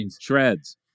shreds